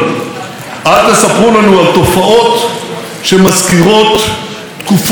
אל תספרו לנו על תופעות שמזכירות תקופות אפלות,